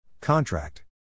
Contract